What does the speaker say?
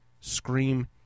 scream